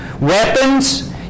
weapons